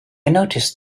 noticed